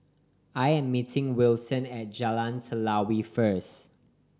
I am meeting Wilson at Jalan Telawi first